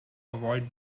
avoid